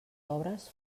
obres